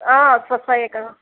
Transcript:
ಹಾಂ ಸ್ವಸಹಾಯಕ